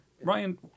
Ryan